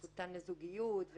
בזכותן לזוגיות,